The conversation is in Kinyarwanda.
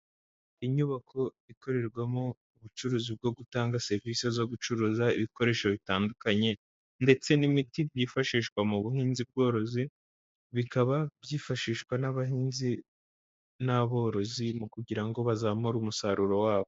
Inyubako ikorerwamo ubucuruzi bwo gutanga serivisi zo gucuruza ibikoresho bitandukanye, ndetse n'imiti byifashishwa mu buhinzi bworozi, bikaba byifashishwa n'abahinzi n'aborozi mu kugira ngo bazamure umusaruro wabo.